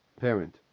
parent